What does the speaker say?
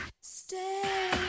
Stay